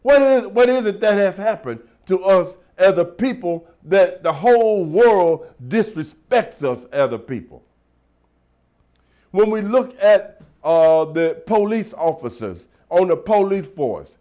when what is it that has happened to us and the people that the whole world disrespect those other people when we look at the police officers on a police force